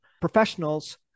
professionals